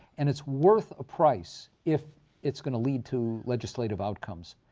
and it's worth a price, if it's going to lead to legislative outcomes.